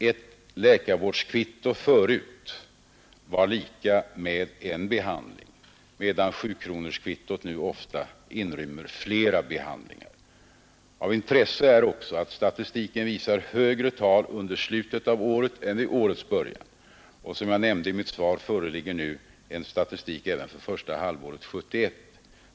Ett läkarvärdskvitto var förut lika med en behandling, medan sjukronorskvittot ofta inrymmer flera behandlingar. Av intresse är också att statistiken visar högre tal i slutet av året än vid årets början. Som jag nämnde i mitt svar, föreligger nu en statistik även för första halvåret 1971.